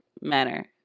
manner